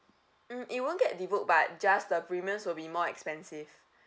mm it won't get but just the premiums will be more expensive